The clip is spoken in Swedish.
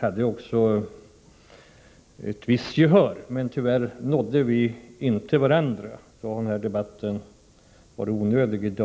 hade också ett visst gehör för det, men tyvärr nådde vi inte varandra. Om vi gjort det, hade debatten i dag varit onödig.